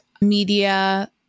media